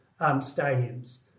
stadiums